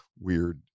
weird